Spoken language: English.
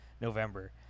November